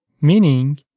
meaning